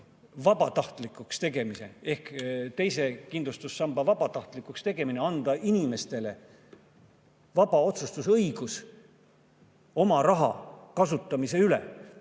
vabatahtlikuks tegemine – teise kindlustussamba vabatahtlikuks tegemine, et anda inimestele vaba otsustusõigus oma raha kasutamise üle